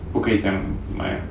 不可以这样买 ah